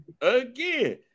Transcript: Again